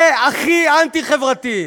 זה הכי אנטי חברתי.